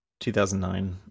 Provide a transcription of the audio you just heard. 2009